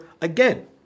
Again